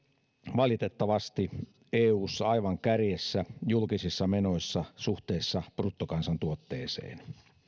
valitettavasti eussa aivan kärjessä julkisissa menoissa suhteessa bruttokansantuotteeseen